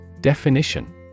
Definition